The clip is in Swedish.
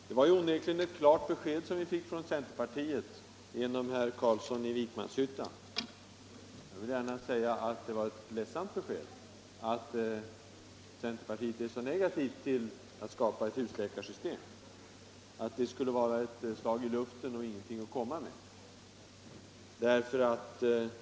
Herr talman! Det var onekligen ett klart besked som vi fick från centerpartiet genom herr Carlsson i Vikmanshyttan. Det var ett ledsamt besked att centerpartiet är så negativt till att skapa ett husläkarsystem och menar att det skulle vara ett slag i luften och ingenting att komma med.